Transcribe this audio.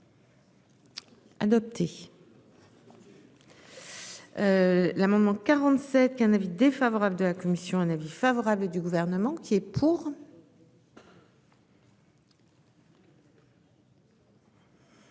adopté. L'amendement 52. Avis défavorable de la commission. Avis favorable du gouvernement qui est pour.